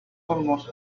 almost